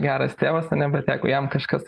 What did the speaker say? geras tėvas ane bet jeigu jam kažkas tai